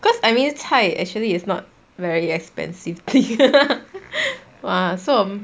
because I mean 菜 actually is not very expensive thing !wah! so